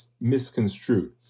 misconstrued